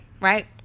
Right